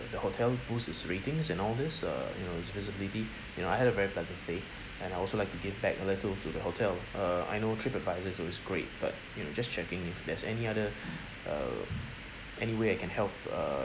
the hotel boost its ratings and all this uh you know its visibility you know I had a very pleasant stay and I also like to give back a little to the hotel uh I know TripAdvisor is always great but you know just checking if there's any other uh any way I can help uh